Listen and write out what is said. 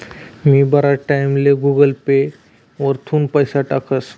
मी बराच टाईमले Google Pay वरथून पैसा टाकस